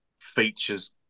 features